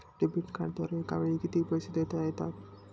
Debit कार्डद्वारे एकावेळी किती पैसे देता येतात?